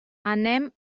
anem